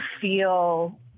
feel